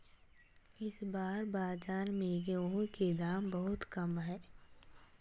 इस बार बाजार में गेंहू के दाम बहुत कम है?